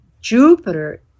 Jupiter